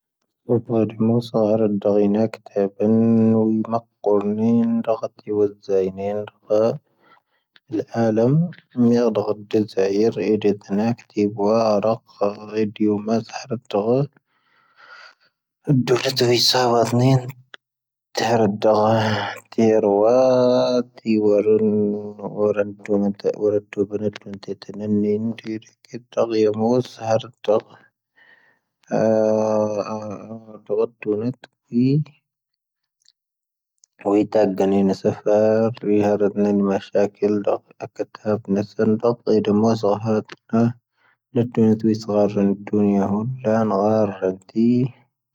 ⵡⴰ ⴼⴰⵜ ⵎⵓⵙⴰ ⵀⴰⵔⴰⵜ ⴷⴰⵢⵉⵏ ⵜⴰⴽⵀⴰ ⵏⵉⵏ ⵡⴰ ⵎⴰⵇⵇⵓⵔⵉⵏ ⵡⴰⵣⵣⴰⵏⵉⵢⵉⵏ ⴰⴰⵍⴰⵎ ⵎⵉⵏⴰⴷ ⵣⴰⵉⵏⵉⵏ ⵜⴰⵡⴰⵔⴰⵇ ⵡⴰ.